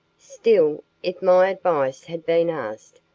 still, if my advice had been asked,